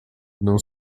non